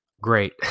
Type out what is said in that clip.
great